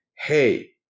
hey